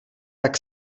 tak